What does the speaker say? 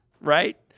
right